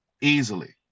Easily